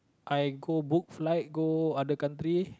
I go book flights go other country